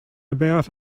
about